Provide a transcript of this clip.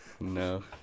No